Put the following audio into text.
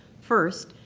first,